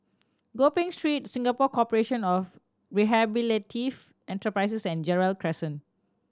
Gopeng Street Singapore Corporation of Rehabilitative Enterprises and Gerald Crescent